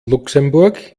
luxemburg